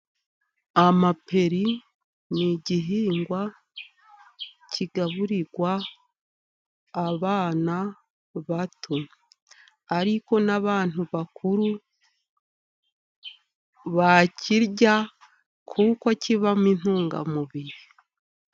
Amaperi ni igihingwa kigaburirwa abana bato. Ariko n'abantu bakuru bakirya, kuko kibamo intungamubiri.